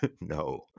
No